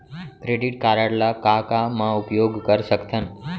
Credit card ला का का मा उपयोग कर सकथन?